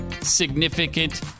significant